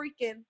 freaking